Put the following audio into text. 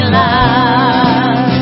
love